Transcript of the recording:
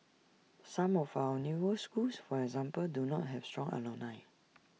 some of our newer schools for example do not have strong alumni